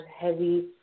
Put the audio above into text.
heavy